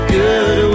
good